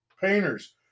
painters